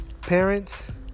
parents